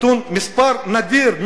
מספר נדיר.